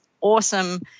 awesome